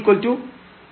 Fy0 ആണ്